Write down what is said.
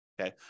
okay